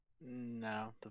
No